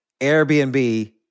Airbnb